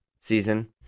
season